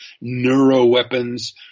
neuro-weapons